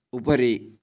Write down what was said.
उपरि